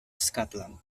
scotland